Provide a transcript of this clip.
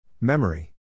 Memory